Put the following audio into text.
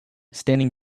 standing